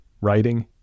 Writing